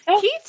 Keith